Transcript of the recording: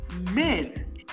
men